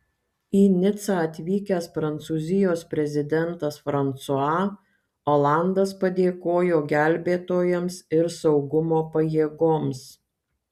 į nicą atvykęs prancūzijos prezidentas fransua olandas padėkojo gelbėtojams ir saugumo pajėgoms